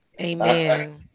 Amen